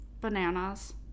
Bananas